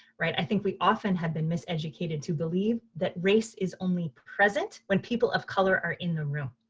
right? i think we often have been miseducated to believe that race is only present when people of color are in the room.